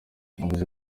yavuze